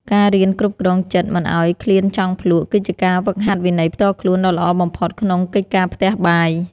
ការរៀនគ្រប់គ្រងចិត្តមិនឱ្យឃ្លានចង់ភ្លក្ស គឺជាការហ្វឹកហាត់វិន័យផ្ទាល់ខ្លួនដ៏ល្អបំផុតក្នុងកិច្ចការផ្ទះបាយ។